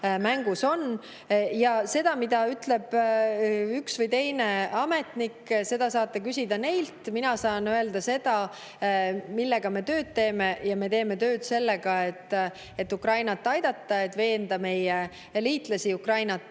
mängus on. Seda, mida ütleb üks või teine ametnik, saate küsida neilt. Mina saan öelda seda, mille nimel me tööd teeme. Ja me teeme tööd selle nimel, et Ukrainat aidata, et veenda meie liitlasi Ukrainat